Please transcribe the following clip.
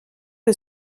que